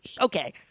okay